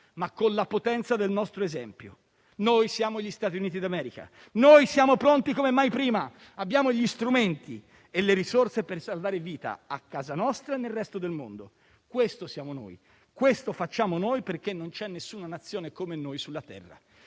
ma con la potenza del nostro esempio. Noi siamo gli Stati Uniti d'America; noi siamo pronti come mai prima. Abbiamo gli strumenti e le risorse per salvare vite a casa nostra e nel resto del mondo. Questo siamo noi e questo facciamo noi perché non c'è alcuna Nazione come noi sulla terra.